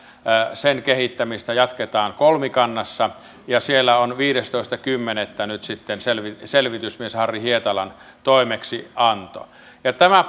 sen kehittämistä jatketaan kolmikannassa ja siellä on viidestoista kymmenettä nyt sitten selvitysmies harri hietalan toimeksianto ja tämä